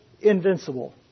invincible